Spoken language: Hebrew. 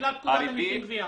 בגלל פקודת המסים (גביה).